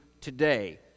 today